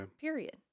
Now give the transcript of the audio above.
period